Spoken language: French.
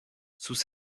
sous